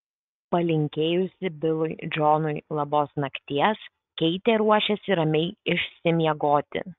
palinkėjusi bilui džonui labos nakties keitė ruošėsi ramiai išsimiegoti